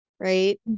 right